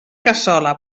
cassola